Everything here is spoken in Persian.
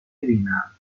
ببینم